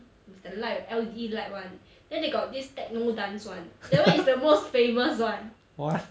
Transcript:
with the light L_E_D light [one] then they got this techno dance [one] that one is the most famous [one]